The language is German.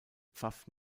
pfaff